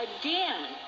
again